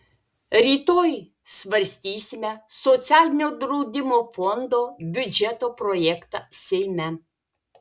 rytoj svarstysime socialinio draudimo fondo biudžeto projektą seime